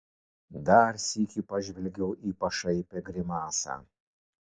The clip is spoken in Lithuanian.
dar sykį pažvelgiau į pašaipią grimasą